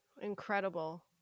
incredible